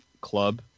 club